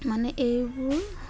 মানে এইবোৰ